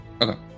Okay